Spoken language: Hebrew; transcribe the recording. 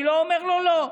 אני לא אומר לו לא.